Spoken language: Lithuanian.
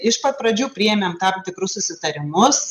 iš pat pradžių priėmėm tam tikrus susitarimus